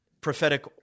prophetic